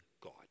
God